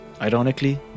Ironically